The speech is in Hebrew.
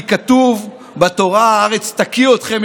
כי כתוב בתורה: הארץ תקיא אתכם,